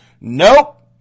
Nope